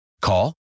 Call